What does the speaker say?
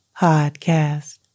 Podcast